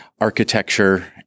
architecture